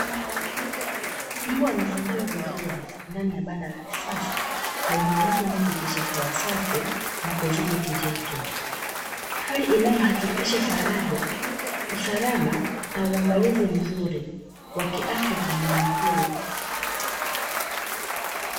Mbwa amefungiwa vizuri ndani ya banda la kisasa lenye uwazi unaopitisha hewa safi na kudhibiti joto. hali inayo hakikisha faraja, usalama na uangalizi mzuri wa kiafya kwa mnyama huyo.